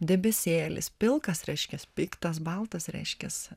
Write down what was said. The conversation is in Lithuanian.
debesėlis pilkas reiškias piktas baltas reiškias